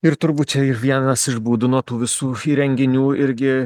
ir turbūt čia vienas iš būdų nuo tų visų įrenginių irgi